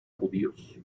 judíos